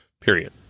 period